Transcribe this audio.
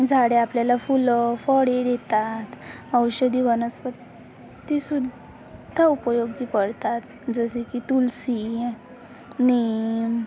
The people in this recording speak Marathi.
झाडे आपल्याला फुलं फडे देतात औषदी वनस्पतीसुद्दा उपयोगी पळतात जसे की तुलसी नीम